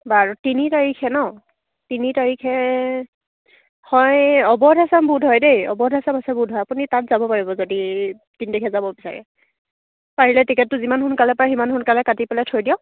বাৰু তিনি তাৰিখে নহ্ তিনি তাৰিখে হয় অৱধ আচাম বোধহয় দেই অৱধ আচাম আছে বোধহয় আপুনি তাত যাব পাৰিব যদি তিনি তাৰিখে যাব বিচাৰে পাৰিলে টিকেটটো যিমান সোনকালে পাৰে সিমান সোনকালে কাটি পেলাই থৈ দিয়ক